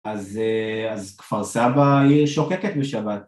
‫אז... אז כפר סבא היא עיר שוקקת בשבת.